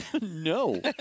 No